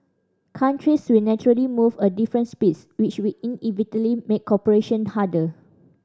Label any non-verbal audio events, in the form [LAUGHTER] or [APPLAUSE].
countries will naturally move a different speeds which will [UNINTELLIGIBLE] make cooperation harder